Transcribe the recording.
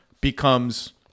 becomes